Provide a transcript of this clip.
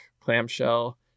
clamshell